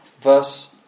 Verse